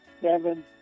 seven